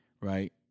right